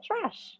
trash